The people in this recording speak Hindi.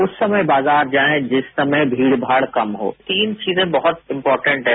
उस समय बाजार जाएं जिस समय भीड़ भाड़ कम हो तीन चीजें बहुत इंपोटेंट हैं